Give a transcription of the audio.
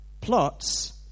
plots